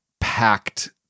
packed